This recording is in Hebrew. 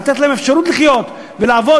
לתת להם אפשרות לחיות ולעבוד,